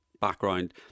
background